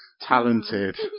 talented